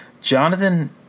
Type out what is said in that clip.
Jonathan